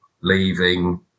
leaving